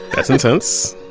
that's intense.